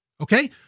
Okay